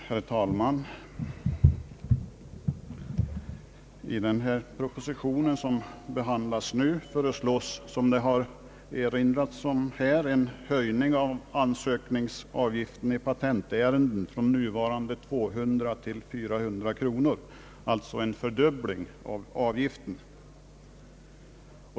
Herr talman! I den proposition som nu behandlas föreslås, som redan erinrats om, en höjning av ansökningsavgiften i patentärenden från nuvarande 200 till 400 kronor, alltså en fördubbling av avgiften.